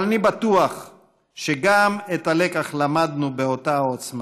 אבל אני בטוח שגם את הלקח למדנו באותה העוצמה.